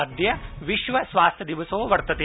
अद्य विश्व स्वास्थ्य दिवसो वर्तते